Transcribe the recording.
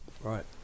Right